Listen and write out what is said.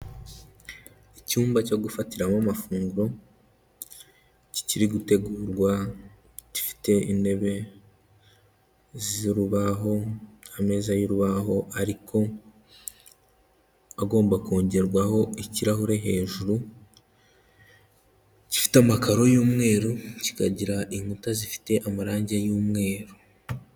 Icyumba cyo gufatiramo amafunguro kikiri gutegurwa gifite intebe z'urubaho, ameza y'urubaho ariko agomba kongerwaho ikirahure hejuru, gifite amakaro y'umweru, kikagira inkuta zifite amarangi y'umweru.